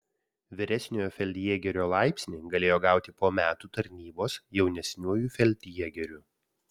vyresniojo feldjėgerio laipsnį galėjo gauti po metų tarnybos jaunesniuoju feldjėgeriu